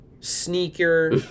sneaker